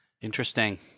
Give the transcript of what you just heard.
Interesting